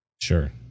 Sure